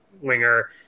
winger